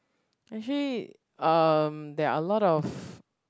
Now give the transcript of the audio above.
actually um there are a lot of